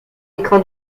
écran